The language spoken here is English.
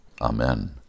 Amen